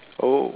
oh